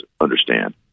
understand